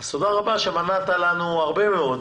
תודה רבה שמנעת לנו הרבה מאוד